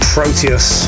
Proteus